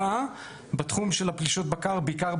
תשובה הולמת לגבי האתגרים שיש לנו במרחב הכפרי,